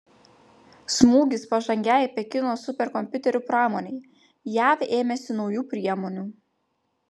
smūgis pažangiai pekino superkompiuterių pramonei jav ėmėsi naujų priemonių